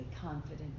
confident